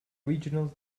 regional